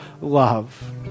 love